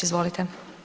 Izvolite.